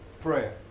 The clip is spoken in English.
prayer